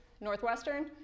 Northwestern